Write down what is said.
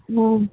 ம்